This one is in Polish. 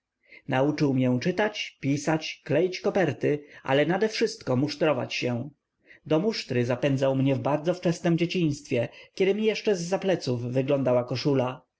nauczył mię czytać pisać kleić koperty ale nadewszystko musztrować się do musztry zapędzał mnie w bardzo wczesnem dzieciństwie kiedy mi jeszcze zza pleców wyglądała koszula